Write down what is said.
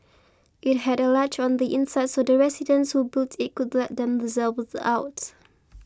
it had a latch on the inside so the residents who built it could let themselves out